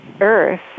Earth